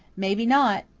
maybe not.